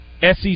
SEC